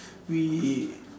we